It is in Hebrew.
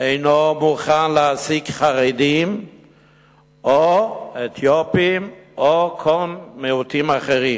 אינם מוכנים להעסיק חרדים או אתיופים או כל מיעוט אחר.